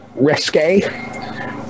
risque